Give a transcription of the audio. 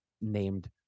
named